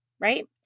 right